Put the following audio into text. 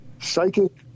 psychic